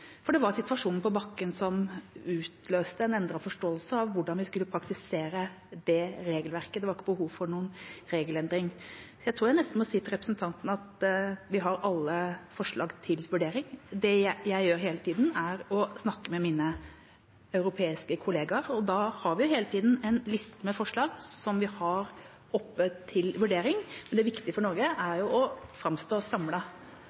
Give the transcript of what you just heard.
Det var situasjonen på bakken som utløste en endret forståelse av hvordan vi skulle praktisere det regelverket – det var ikke behov for noen regelendring. Jeg tror nesten jeg må si til representanten at vi har alle forslag til vurdering. Det jeg gjør hele tida, er å snakke med mine europeiske kollegaer, og da har vi hele tida en liste med forslag som vi har oppe til vurdering. Det viktige for Norge